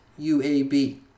UAB